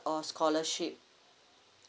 or scholarship